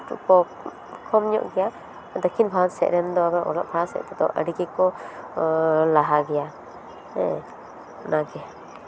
ᱫᱚ ᱠᱚᱢ ᱧᱚᱜ ᱜᱮᱭᱟ ᱫᱚᱠᱠᱷᱤᱱ ᱵᱫᱟᱨᱚᱛ ᱥᱮᱫ ᱨᱮᱱ ᱫᱚ ᱚᱞᱚᱜ ᱯᱟᱲᱦᱟᱜ ᱥᱮᱫ ᱛᱮᱫᱚ ᱟᱹᱰᱤᱜᱮ ᱠᱚ ᱞᱟᱦᱟ ᱜᱮᱭᱟ ᱦᱮᱸ ᱚᱱᱟᱜᱮ